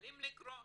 שמסוגלים לקרוא,